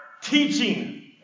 teaching